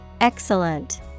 Excellent